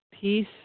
peace